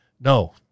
No